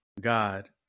God